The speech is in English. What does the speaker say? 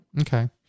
Okay